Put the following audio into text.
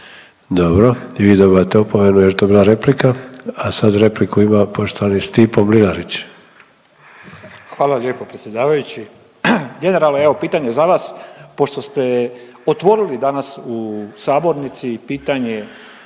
Dobro. I vi dobivate opomenu jer je to bila replika. A sada repliku ime poštovani Stipo Mlinarić. **Mlinarić, Stipo (DP)** Hvala lijepo predsjedavajući. Generalno evo pitanje za vas pošto ste otvorili danas u sabornici pitanje